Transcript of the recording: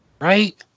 Right